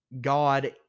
God